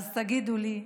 אז תגידו לי,